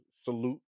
salute